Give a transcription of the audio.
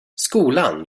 skolan